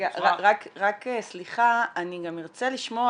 גם רוצה לשמוע